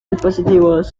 dispositivos